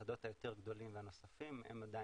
והשדות הנוספים והיותר גדולים התעכבו.